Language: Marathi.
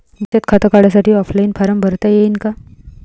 बचत खातं काढासाठी ऑफलाईन फारम भरता येईन का?